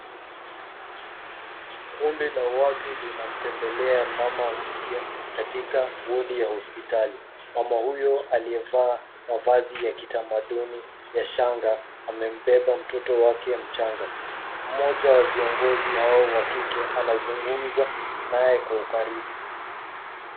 Kundi la watu linamtembelea mama mpya katika wodi ya hospitali. Mama huyo aliyevaa mavazi ya kitamaduni ya shanga, amembeba mtoto wake mchanga. Mmoja wa viongozi hao wa kike anazungumza naye kwa ukaribu.